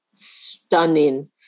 Stunning